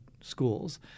schools